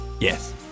Yes